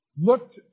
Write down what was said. looked